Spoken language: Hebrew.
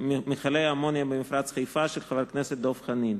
מכלי האמוניה במפרץ חיפה, של חבר הכנסת דב חנין.